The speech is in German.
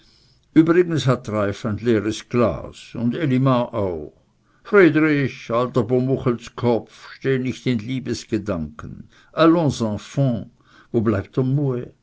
übrigens hat reiff ein leeres glas und elimar auch friedrich alter pomuchelskopf steh nicht in liebesgedanken allons enfants wo bleibt